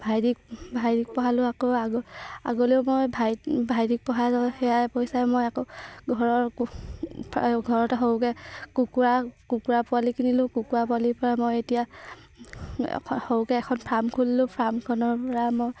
ভাইটিক ভাইটিক পঢ়ালোঁ আকৌ আগলৈও মই ভাই ভাইটিক পঢ়ালোঁ সেয়াই পইচাই মই আকৌ ঘৰৰ ঘৰতে সৰুকৈ কুকুৰা কুকুৰা পোৱালি কিনিলোঁ কুকুৰা পোৱালিৰপৰা মই এতিয়া এখন সৰুকৈ এখন ফাৰ্ম খুলিলোঁ ফাৰ্মখনৰপৰা মই